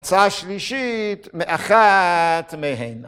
הצעה שלישית מאחת מהנה.